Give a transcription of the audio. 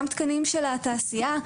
גם תקנים של התעשייה,